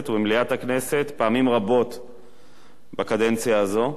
ובמליאת הכנסת פעמים רבות בקדנציה הזו,